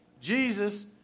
Jesus